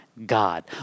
God